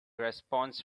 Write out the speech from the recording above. respawns